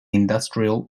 industrial